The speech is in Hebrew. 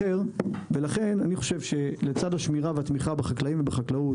לכן אני חושב שלצד השמירה והתמיכה בחקלאים ובחקלאות,